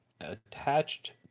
attached